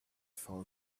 for